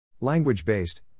Language-based